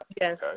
Yes